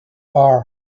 are